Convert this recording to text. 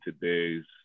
today's